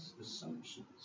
assumptions